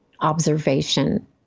observation